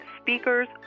speakers